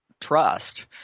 trust